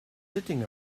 sitting